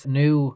new